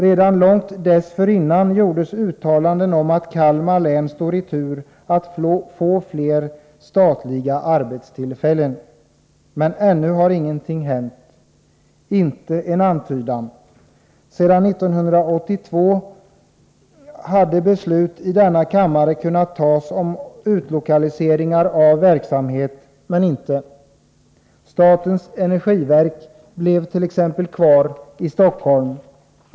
Redan långt dessförinnan gjordes uttalanden om att Kalmar län står i tur att få statliga arbetstillfällen. Men ännu har ingenting hänt, inte en antydan! Sedan 1982 har beslut i denna kammare kunnat fattas om utlokaliseringar av verksamhet, men det har inte skett. Statens energiverk t.ex. blev kvar i Stockholm.